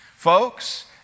Folks